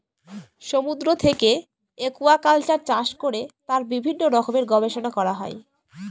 সমুদ্র থেকে একুয়াকালচার চাষ করে তার বিভিন্ন রকমের গবেষণা করা হয়